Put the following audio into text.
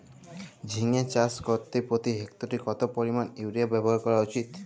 ঝিঙে চাষ করতে প্রতি হেক্টরে কত পরিমান ইউরিয়া ব্যবহার করা উচিৎ?